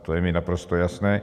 To je mi naprosto jasné.